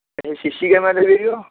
A C C camera ଲାଗିପାରିବ